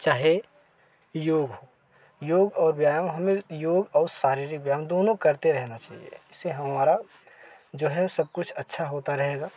चाहे योग हो योग और व्यायाम हमें योग और शारीरिक व्यायाम दोनों करते रहना चाहिए इससे हमारा जो है सब कुछ अच्छा होता रहेगा